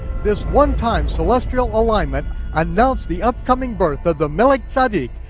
this onetime celestial alignment announced the upcoming birth of the melech tzedek,